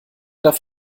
darf